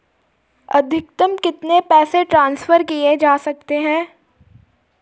अधिकतम कितने पैसे ट्रांसफर किये जा सकते हैं?